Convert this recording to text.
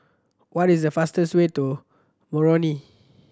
what is the fastest way to Moroni